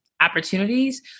opportunities